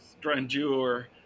grandeur